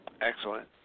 Excellent